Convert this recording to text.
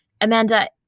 Amanda